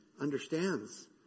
understands